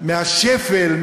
השפל,